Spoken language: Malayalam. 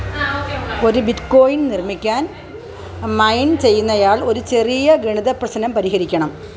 ഒരു ബിറ്റ്കോയിൻ നിർമ്മിക്കാൻ മൈന് ചെയ്യുന്നയാള് ഒരു ചെറിയ ഗണിത പ്രശ്നം പരിഹരിക്കണം